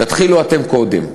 תתחילו אתם קודם,